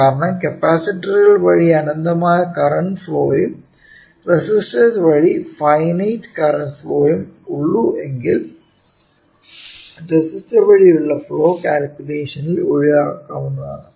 കാരണം കപ്പാസിറ്ററുകൾ വഴി അനന്തമായ കറന്റ് ഫ്ലോയും റെസിസ്റ്റർസ് വഴി ഫൈനൈറ്റ് കറന്റ് ഫ്ലോയും ഉള്ളുവെങ്കിലും റെസിസ്റ്റർ വഴിയുള്ള ഫ്ലോ കാൽക്കുലേഷൻസിൽ ഒഴിവാക്കാവുന്നതാണ്